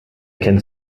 kennt